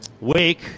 Wake